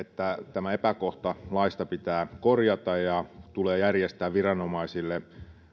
tämä epäkohta laissa pitää korjata ja tulee järjestää viranomaisille